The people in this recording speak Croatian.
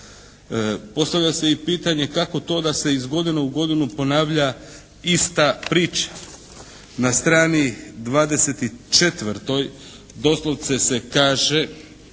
Postavlja se i pitanje kako to da se iz godine u godinu ponavlja ista priča? Na strani 24. doslovce se kaže